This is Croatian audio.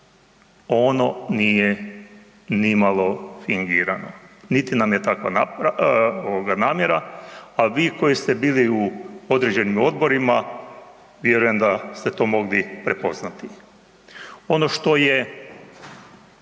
ono nije nimalo fingirano niti nam je takva namjera a vi koji ste bili u određenim odborima, vjerujem da ste to mogli prepoznati. Ono što je